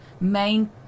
main